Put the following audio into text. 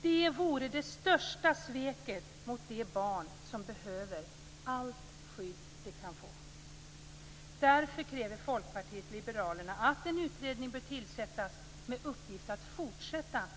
Det vore det största sveket mot de barn som behöver allt skydd de kan få. Därför kräver Folkpartiet liberalerna att en utredning med uppgift att fortsätta arbeta med frågan bör tillsättas.